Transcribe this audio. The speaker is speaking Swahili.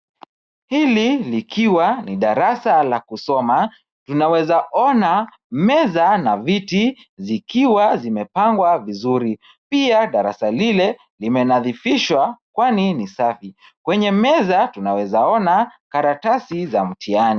Hili likiwa darasa la kusoma tunaweza ona meza na viti zikiwa zimepangwa vizuri pia darasa lile limenadhifishwa kwani hii ni safi kwenye meza tunaweza ona karatasi za mtihani.